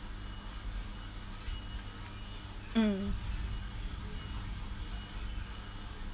mm